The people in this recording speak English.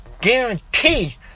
guarantee